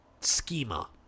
schema